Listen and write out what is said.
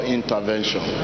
intervention